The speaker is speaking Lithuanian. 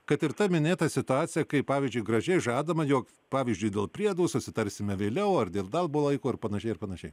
kad ir ta minėta situacija kai pavyzdžiui gražiai žadama jog pavyzdžiui dėl priedų susitarsime vėliau ar dėl darbo laiko ir panašiai ir panašiai